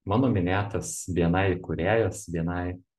mano minėtas bni įkūrėjas bni